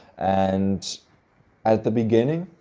and at the beginning,